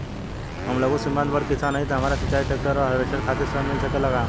हम लघु सीमांत बड़ किसान हईं त हमरा सिंचाई ट्रेक्टर और हार्वेस्टर खातिर ऋण मिल सकेला का?